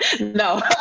No